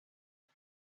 and